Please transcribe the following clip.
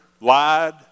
lied